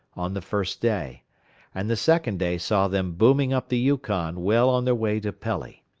on the first day and the second day saw them booming up the yukon well on their way to pelly.